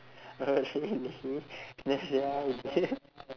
oh really that's your idea